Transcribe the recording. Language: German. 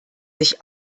sich